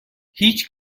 هیچ